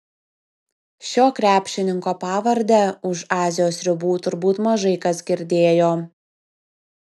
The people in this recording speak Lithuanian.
šio krepšininko pavardę už azijos ribų turbūt mažai kas girdėjo